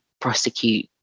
prosecute